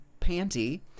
Panty